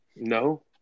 No